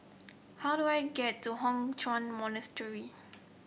how do I get to Hock Chuan Monastery